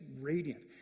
radiant